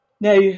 Now